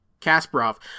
Kasparov